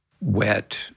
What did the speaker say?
wet